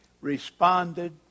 responded